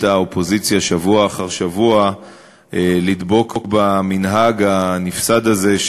האופוזיציה שבוע אחר שבוע לדבוק במנהג הנפסד הזה,